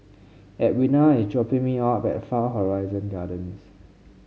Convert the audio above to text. Edwina is dropping me off at Far Horizon Gardens